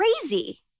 crazy